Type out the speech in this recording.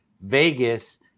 Vegas